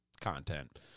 content